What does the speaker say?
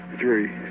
three